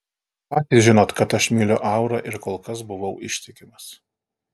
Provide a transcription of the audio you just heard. patys žinot kad aš myliu aurą ir kol kas buvau ištikimas